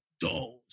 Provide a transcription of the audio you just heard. dolls